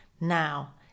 now